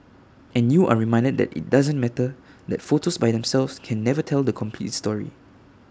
and you are reminded that IT doesn't matter that photos by themselves can never tell the complete story